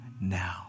now